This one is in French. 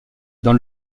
dans